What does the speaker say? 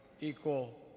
equal